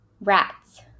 Rats